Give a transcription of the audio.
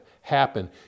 happen